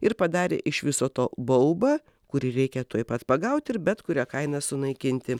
ir padarė iš viso to baubą kurį reikia tuoj pat pagauti ir bet kuria kaina sunaikinti